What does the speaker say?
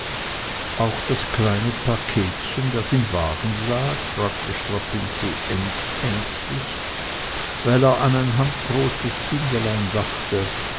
auch das kleine paketchen das im wagen lag fragte strapinski ängstlich weil er an ein handgroßes bündelein dachte